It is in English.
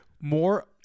More